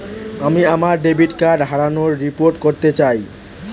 আমি আমার debit card হারানোর রিপোর্ট করতে চাই